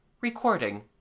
Recording